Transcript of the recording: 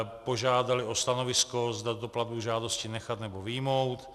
Požádali o stanovisko, zda tuto platbu v žádosti nechat, nebo vyjmout.